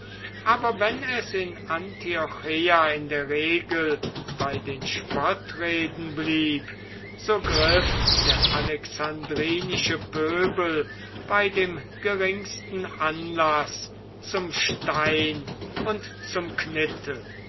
aber wenn es in antiocheia in der regel bei den spottreden blieb so griff der alexandrinische pöbel bei dem geringsten anlaß zum stein und zum knittel